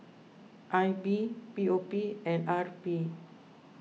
I B P O P and R P